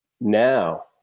Now